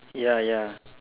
ya ya